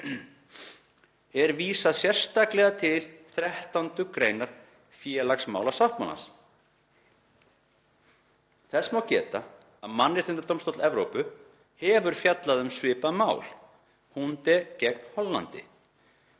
er vísað sérstaklega til 13. gr. félagsmálasáttmálans. Þess má geta að Mannréttindadómstóll Evrópu hefur fjallað um svipað mál (Hunde g. Hollandi